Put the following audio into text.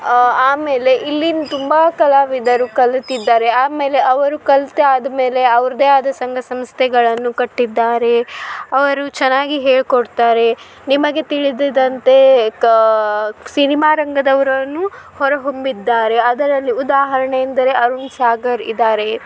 ಆಮೇಲೆ ಇಲ್ಲಿನ ತುಂಬ ಕಲಾವಿದರು ಕಲಿತಿದ್ದಾರೆ ಆಮೇಲೆ ಅವರು ಕಲ್ತಾದ ಮೇಲೆ ಅವ್ರದ್ದೇ ಆದ ಸಂಘ ಸಂಸ್ಥೆಗಳನ್ನು ಕಟ್ಟಿದ್ದಾರೆ ಅವರು ಚೆನ್ನಾಗಿ ಹೇಳಿಕೊಡ್ತಾರೆ ನಿಮಗೆ ತಿಳಿದಿದಂತೇ ಕ ಸಿನಿಮಾ ರಂಗದವರನ್ನೂ ಹೊರಹೊಮ್ಮಿದ್ದಾರೆ ಅದರಲ್ಲಿ ಉದಾಹರಣೆ ಎಂದರೆ ಅರುಣ್ ಸಾಗರ್ ಇದ್ದಾರೆ